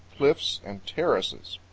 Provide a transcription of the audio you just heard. cliffs and terraces.